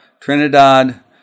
Trinidad